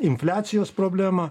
infliacijos problemą